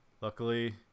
luckily